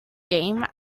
game